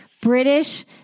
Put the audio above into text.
British